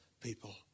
people